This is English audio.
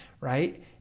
right